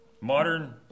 Modern